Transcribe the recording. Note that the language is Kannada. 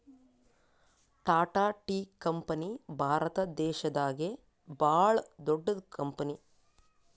ಟಾಟಾ ಟೀ ಕಂಪನಿ ಭಾರತ ದೇಶದಾಗೆ ಭಾಳ್ ದೊಡ್ಡದ್ ಕಂಪನಿ